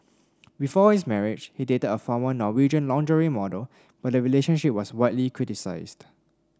before his marriage he dated a former Norwegian lingerie model but the relationship was widely criticised